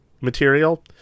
material